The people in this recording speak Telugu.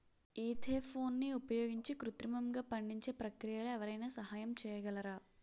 ఈథెఫోన్ని ఉపయోగించి కృత్రిమంగా పండించే ప్రక్రియలో ఎవరైనా సహాయం చేయగలరా?